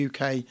UK